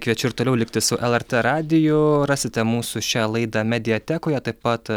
kviečiu ir toliau likti su lrt radiju rasite mūsų šią laidą mediatekoje taip pat